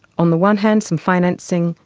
on the one hand, some financing,